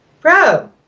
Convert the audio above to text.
bro